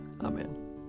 Amen